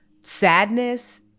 sadness